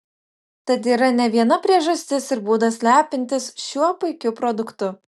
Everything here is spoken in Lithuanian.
tad yra ne viena priežastis ir būdas lepintis šiuo puikiu produktu